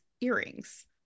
earrings